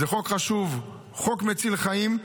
זה חוק חשוב, חוק מציל חיים,